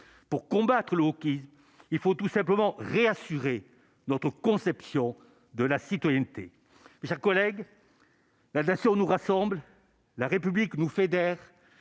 pour combattre l'eau qui, il faut tout simplement réassurer notre conception de la citoyenneté, mes chers collègues, la nation nous rassemble la République nous fédère